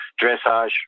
dressage